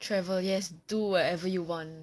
travel yes do whatever you want